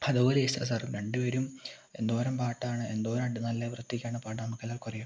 അതുപോലെ യേശുദാസ് സാറും രണ്ടുപേരും എന്തോരം പാട്ടാണ് എന്തോരം ഉണ്ട് നല്ല വൃത്തിക്ക് ആണ് പാടുക എന്ന് നമുക്കെല്ലാവർക്കും അറിയാം